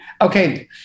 Okay